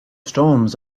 storms